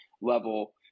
level